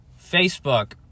Facebook